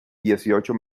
dieciocho